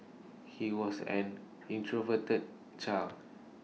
he was an introverted child